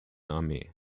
armee